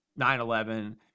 9-11